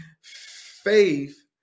faith